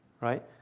right